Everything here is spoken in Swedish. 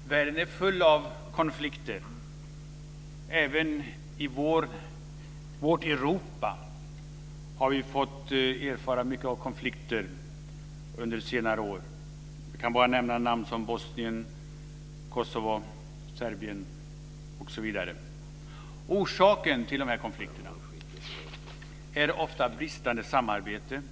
Herr talman! Världen är full av konflikter. Även i vårt Europa har vi fått erfara mycket av konflikter under senare år. Jag kan nämna namn som Bosnien, Orsakerna till de här konflikterna är ofta bristande samarbete,